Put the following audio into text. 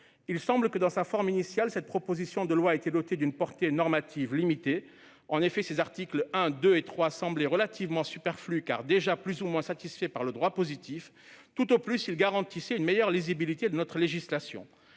Il semble que, dans sa forme initiale, cette proposition de loi était dotée d'une portée normative limitée. En effet, ses articles 1, 2 et 3 semblaient relativement superflus, car déjà plus ou moins satisfaits par le droit positif. Tout au plus garantissaient-ils une meilleure lisibilité de notre législation.